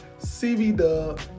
CV-Dub